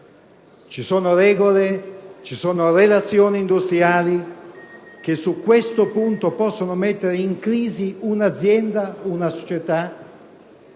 ci sono regole, relazioni industriali che su questo punto possono mettere in crisi un'azienda, una società